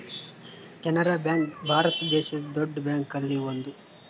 Canara bank ಭಾರತ ದೇಶದ್ ದೊಡ್ಡ ಬ್ಯಾಂಕ್ ಅಲ್ಲಿ ಒಂದು